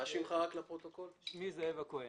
מה מונע מהם להגיש בקשה?